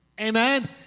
Amen